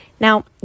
Now